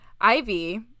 Ivy